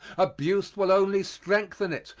abuse will only strengthen it,